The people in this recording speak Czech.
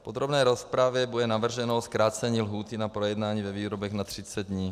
V podrobné rozpravě bude navrženo zkrácení lhůty na projednání ve výborech na 30 dní.